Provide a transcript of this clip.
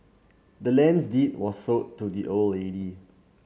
the land's deed was sold to the old lady